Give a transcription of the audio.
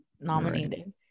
nominated